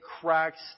cracks